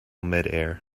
midair